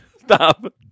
Stop